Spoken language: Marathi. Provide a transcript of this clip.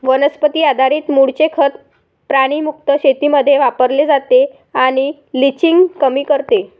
वनस्पती आधारित मूळचे खत प्राणी मुक्त शेतीमध्ये वापरले जाते आणि लिचिंग कमी करते